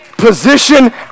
position